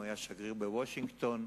הוא היה שגריר בוושינגטון.